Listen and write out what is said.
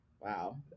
Wow